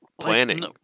planning